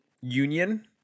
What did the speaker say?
union